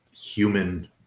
human